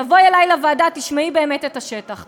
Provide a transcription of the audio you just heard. תבואי אלי לוועדה, תשמעי באמת את השטח.